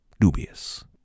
dubious